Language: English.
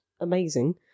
amazing